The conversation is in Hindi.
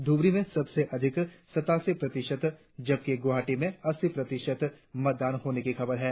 धूबरी में सबसे अधिक सत्तासी प्रतिशत जबकि गुवाहाटी में अस्सी प्रतिशत मतदान होने की खबर है